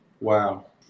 Wow